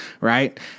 right